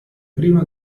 prima